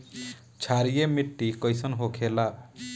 क्षारीय मिट्टी कइसन होखेला?